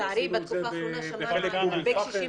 לצערי בתקופה האחרונה שמענו על הרבה קשישים